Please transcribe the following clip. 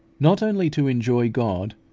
not only to enjoy god,